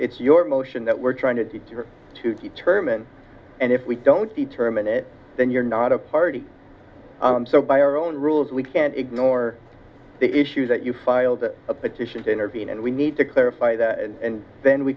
your motion that we're trying to teach her to determine and if we don't determine it then you're not a party so by our own rules we can't ignore the issues that you filed a petition to intervene and we need to clarify that and